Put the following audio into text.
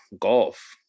golf